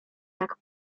tak